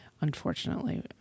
unfortunately